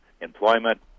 employment